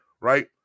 right